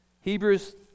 Hebrews